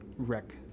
wreck